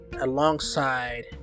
alongside